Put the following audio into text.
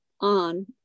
on